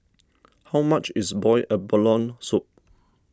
how much is Boiled Abalone Soup